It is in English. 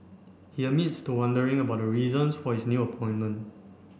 he admits to wondering about the reasons for his new appointment